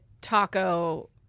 taco